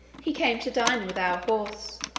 he came to dine with our horse,